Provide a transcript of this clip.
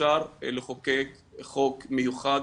אפשר לחוקק חוק מיוחד,